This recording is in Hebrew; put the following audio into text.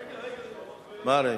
רגע, רגע, מה רגע.